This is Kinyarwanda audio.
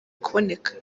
kuboneka